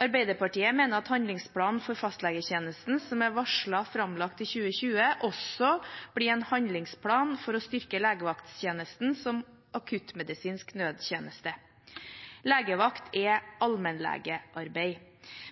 Arbeiderpartiet mener at handlingsplanen for fastlegetjenesten som er varslet framlagt i 2020, også blir en handlingsplan for å styrke legevakttjenesten som akuttmedisinsk nødtjeneste. Legevakt er allmennlegearbeid.